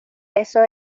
eso